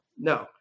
no